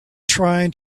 trying